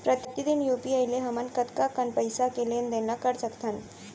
प्रतिदन यू.पी.आई ले हमन कतका कन पइसा के लेन देन ल कर सकथन?